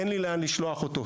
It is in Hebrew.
אין לי לאן לשלוח אותו,